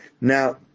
Now